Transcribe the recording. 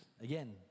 Again